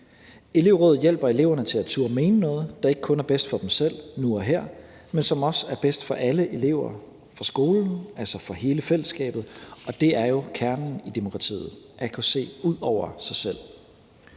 Elevrådet hjælper eleverne til at turde mene noget, der ikke kun er bedst for dem selv nu og her, men som også er bedst for alle elever på skolen, altså for hele fællesskabet, og det er jo kernen i demokratiet at kunne se ud over sig selv.